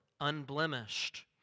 unblemished